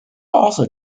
also